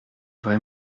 vrai